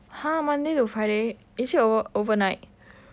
!huh! monday to friday is it over~ overnight